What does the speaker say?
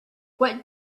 what